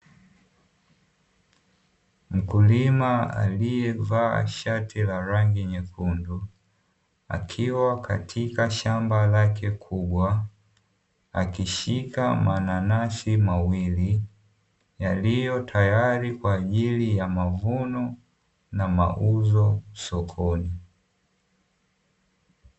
Mkulima aliyevaa shati la rangi nyekundu akiwa katika shamba lake kubwa, akishika mananasi mawili yaliyo tayari kwa ajili ya mavuno na mauzo sokoni.